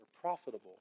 profitable